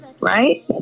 Right